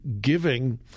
giving